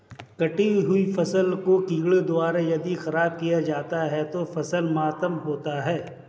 कटी हुयी फसल को कीड़ों द्वारा यदि ख़राब किया जाता है तो फसल मातम होता है